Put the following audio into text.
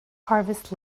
harvest